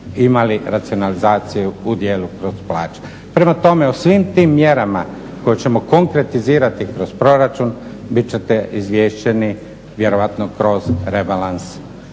imali racionalizaciju u dijelu …. Prema tome, o svim tim mjerama koje ćemo konkretizirati kroz proračun bit ćete izvješteni vjerojatno kroz rebalans